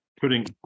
putting